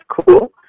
cool